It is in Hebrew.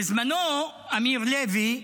בזמנו אמיר לוי,